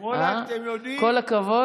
ואלכ, אתם יודעים, אה, כל הכבוד.